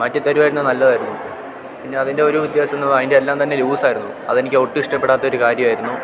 മാറ്റ് തരികയായിരുന്നേല് നല്ലതായിരുന്നു പിന്നെ അതിൻ്റെ ഒരു വ്യത്യാസം എന്ന് അതിൻ്റെ എല്ലാം തന്നെ ലൂസായിരുന്നു അതെനിക്ക് ഒട്ടും ഇഷ്ടപ്പെടാത്ത ഒരു കാര്യമായിരുന്നു